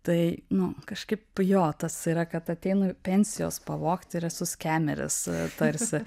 tai nu kažkaip jo tas yra kad ateinu pensijos pavogti ir esu skemeris tarsi